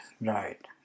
Right